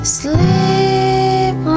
sleep